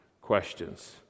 questions